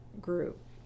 group